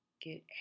get